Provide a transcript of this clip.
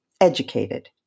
educated